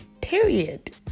period